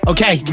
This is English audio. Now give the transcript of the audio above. Okay